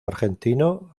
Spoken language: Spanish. argentino